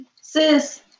Sis